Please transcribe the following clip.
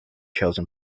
chosen